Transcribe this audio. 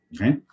okay